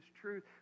truth